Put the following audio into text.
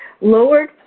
lowered